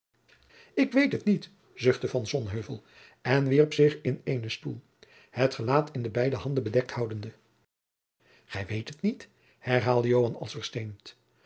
ik weet het niet zuchtte van sonheuvel en wierp zich in eenen stoel het gelaat in de beide handen bedekt houdende gij weet het niet herhaalde joan als versteend